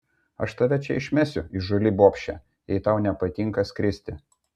aš tave čia išmesiu įžūli bobše jei tau nepatinka skristi